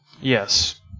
Yes